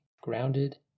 grounded